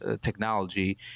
technology